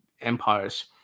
empires